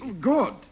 Good